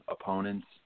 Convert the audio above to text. opponents